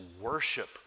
worship